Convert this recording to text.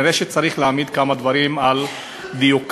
נראה שצריך להעמיד כמה דברים על דיוקם.